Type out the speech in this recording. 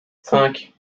cinq